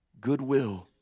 goodwill